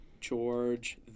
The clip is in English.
George